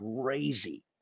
crazy